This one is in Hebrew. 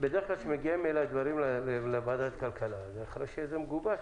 בדרך כלל כשמגיעים דברים לוועדת הכלכלה זה אחרי שזה מגובש.